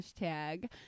hashtag